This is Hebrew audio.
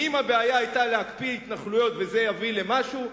ואם הבעיה היתה להקפיא התנחלויות וזה יביא למשהו,